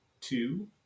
two